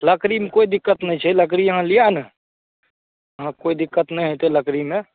लकड़ीमे कोइ दिक्कत नहि छै लकड़ी अहाँ लिअ ने हँ कोइ दिक्कत नहि हेतै लकड़ीमे